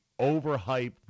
overhyped